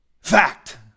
Fact